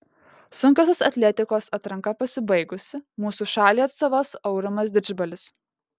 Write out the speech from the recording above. sunkiosios atletikos atranka pasibaigusi mūsų šaliai atstovaus aurimas didžbalis